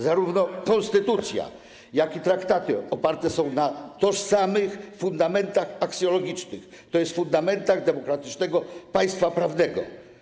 Zarówno konstytucja, jak i traktaty oparte są na tożsamych fundamentach aksjologicznych, tj. fundamentach demokratycznego państwa prawnego.